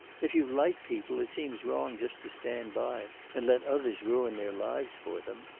if you like people, it seems wrong just to stand by and let others ruin their lives for them.